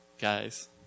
Guys